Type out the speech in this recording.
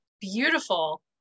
Beautiful